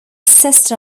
sister